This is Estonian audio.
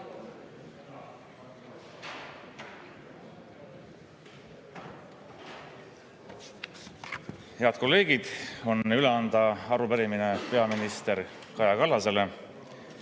Head kolleegid! On üle anda arupärimine peaminister Kaja Kallasele.